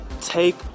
take